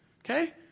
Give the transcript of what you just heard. okay